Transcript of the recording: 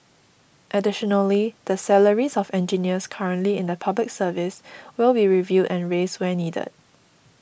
additionally the salaries of engineers currently in the Public Service will be reviewed and raised where needed